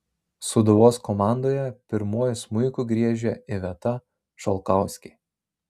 sūduvos komandoje pirmuoju smuiku griežia iveta šalkauskė